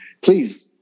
please